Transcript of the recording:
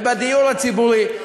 ובדיור הציבורי,